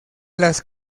las